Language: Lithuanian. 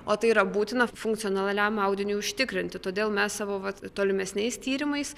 o tai yra būtina funkcionaliam audiniui užtikrinti todėl mes savo vat tolimesniais tyrimais